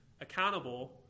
accountable